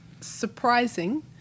surprising